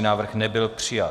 Návrh nebyl přijat.